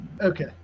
Okay